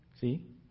See